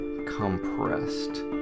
compressed